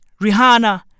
Rihanna